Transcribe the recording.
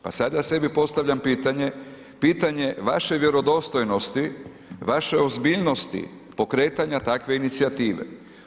Pa sada sebi postavljam pitanje, pitanje vaše vjerodostojnosti, vaše ozbiljnosti pokretanja takve inicijative.